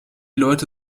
leute